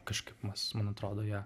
kažkaip mes man atrodo ją